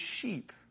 sheep